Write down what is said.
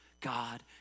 God